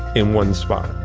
in one spot.